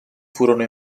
furono